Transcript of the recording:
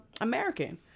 American